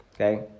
Okay